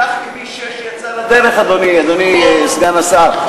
דרך אגב, כך כביש 6 יצא לדרך, אדוני סגן השר.